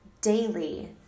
daily